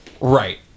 Right